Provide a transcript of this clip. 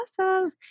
Awesome